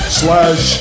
slash